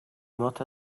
not